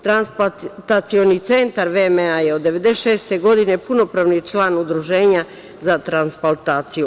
Transplantacioni centar VMA je od 1996. godine punopravni član Udruženja za transplantaciju.